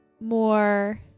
more